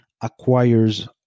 acquires